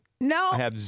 No